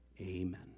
amen